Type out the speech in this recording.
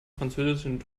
französisch